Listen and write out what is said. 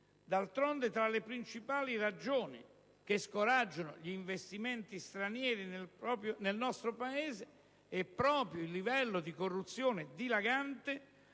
D'altronde, tra le principali ragioni che scoraggiano gli investimenti stranieri nel nostro Paese vi è proprio il livello di corruzione dilagante